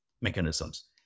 mechanisms